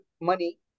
money